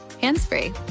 hands-free